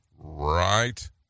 right